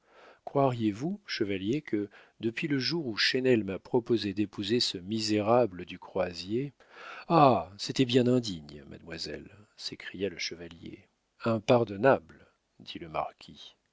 croiriez-vous chevalier que depuis le jour où chesnel m'a proposé d'épouser ce misérable du croisier ah c'était bien indigne mademoiselle s'écria le chevalier impardonnable dit le marquis